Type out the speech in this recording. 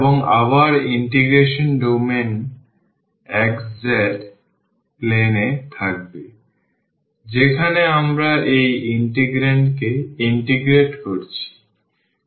এবং আবার integration domain xz plane এ থাকবে যেখানে আমরা এই ইন্টিগ্রান্ডকে ইন্টিগ্রেট করছি